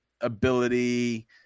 ability